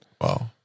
Wow